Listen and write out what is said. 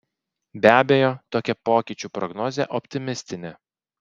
be abejo tokia pokyčių prognozė optimistinė